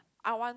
I want